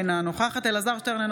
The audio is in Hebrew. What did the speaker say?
אינו נוכחת אלעזר שטרן,